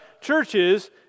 churches